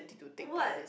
what